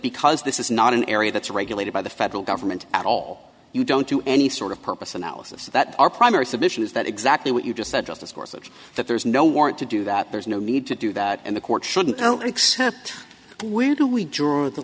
because this is not an area that's regulated by the federal government at all you don't do any sort of purpose analysis of that our primary submission is that exactly what you just said just a score such that there's no warrant to do that there's no need to do that and the courts shouldn't accept where do we draw the